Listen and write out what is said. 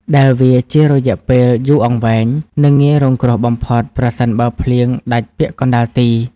ដែលវាជារយៈពេលយូរអង្វែង និងងាយរងគ្រោះបំផុតប្រសិនបើភ្លៀងដាច់ពាក់កណ្ដាលទី។